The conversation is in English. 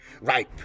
ripe